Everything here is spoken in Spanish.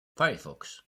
firefox